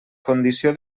condició